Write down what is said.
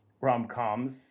rom-coms